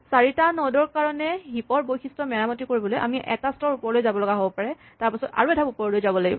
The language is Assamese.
চাৰিটা নড ৰ কাৰণে হিপ ৰ বৈশিষ্ট মেৰামতি কৰিবলৈ আমি এটা স্তৰ ওপৰলৈ যাব লগা হ'ব পাৰে তাৰপাছত আৰু এধাপ ওপৰলৈ যাব লাগিব